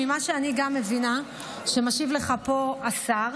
גם ממה שאני מבינה שמשיב לך פה השר,